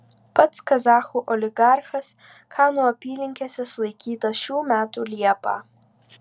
pats kazachų oligarchas kanų apylinkėse sulaikytas šių metų liepą